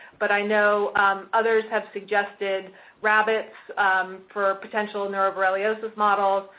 but i know others have suggested rabbits for a potential nerve reliosis models.